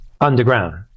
underground